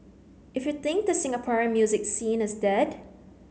if you think the Singaporean music scene is dead